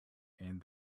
and